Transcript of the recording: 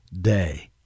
day